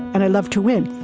and i love to win.